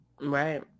Right